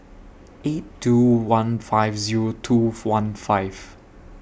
eight two one five Zero two one five